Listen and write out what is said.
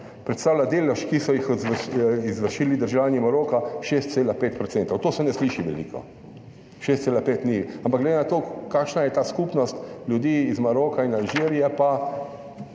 predstavlja delež, ki so jih izvršili državljani Maroka. 6,5 %. To se ne sliši veliko, 6,5 % ni, ampak glede na to, kakšna je ta skupnost ljudi iz Maroka in Alžirije pa